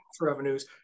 revenues